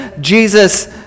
Jesus